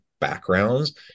backgrounds